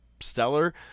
stellar